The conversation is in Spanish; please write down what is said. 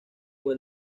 fue